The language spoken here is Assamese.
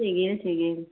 ঠিকে ঠিকে